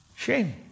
Shame